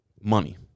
money